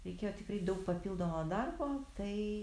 reikėjo tikrai daug papildomo darbo tai